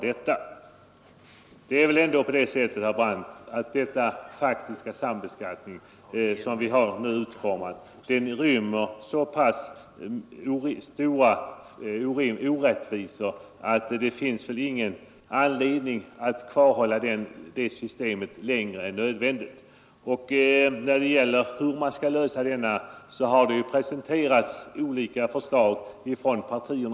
Det är väl ändå på det sättet, herr Brandt, att den faktiska sambeskattning som nu tillämpas rymmer så pass stora orättvisor att det inte finns någon anledning att kvarhålla detta system längre än nödvändigt. Partierna har presenterat olika förslag till lösning.